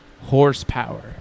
horsepower